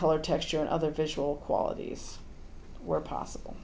color texture and other visual qualities were possible